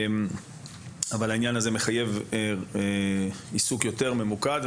אבל העניין הזה מחייב עיסוק יותר ממוקד,